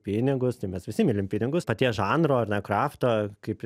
pinigus tai mes visi mylim pinigus paties žanro ar ne krafto kaip